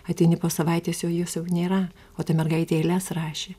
ateini po savaitės jau jos jau nėra o ta mergaitė eiles rašė